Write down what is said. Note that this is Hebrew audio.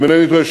אם אינני טועה,